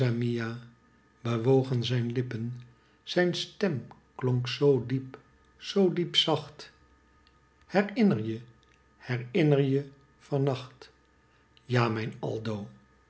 mia bewogen zijn lippen zijn stem klonk zoo diep zoo diep zacht herinner je herinner je van nacht ja mijn aldo